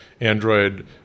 Android